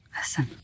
Listen